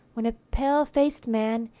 when a pale-faced man,